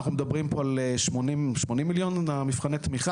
אנחנו מדברים פה על 80 מיליון שקל במבחני התמיכה